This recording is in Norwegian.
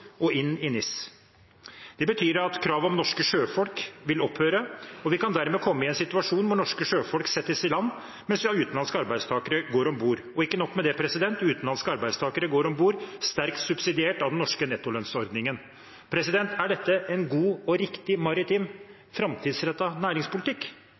og inn i NIS. Det betyr at kravet om norske sjøfolk vil opphøre, og vi kan dermed komme i en situasjon hvor norske sjøfolk settes i land, mens utenlandske arbeidstakere går om bord. Og ikke nok med det: Utenlandske arbeidstakere går om bord sterkt subsidiert av den norske nettolønnsordningen. Er dette en god, riktig og framtidsrettet maritim næringspolitikk?